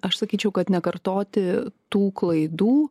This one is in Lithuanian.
aš sakyčiau kad nekartoti tų klaidų